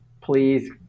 please